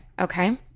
okay